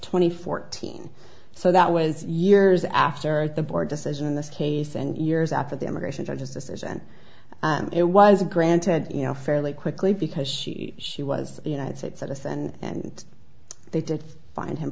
twenty fourteen so that was years after the board decision in this case and years after the immigration judges decision it was granted you know fairly quickly because she she was the united states at us and they did find him